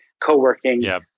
co-working